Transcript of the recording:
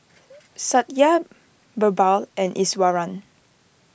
Satya Birbal and Iswaran